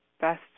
best